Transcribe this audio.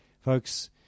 Folks